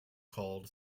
called